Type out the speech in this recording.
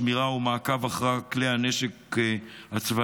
שמירה ומעקב אחר כלי נשק צבאיים.